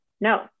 no